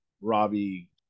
robbie